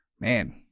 man